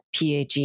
PAG